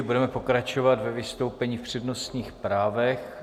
Budeme pokračovat ve vystoupení v přednostních právech.